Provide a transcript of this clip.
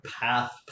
path